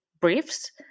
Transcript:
briefs